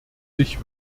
sich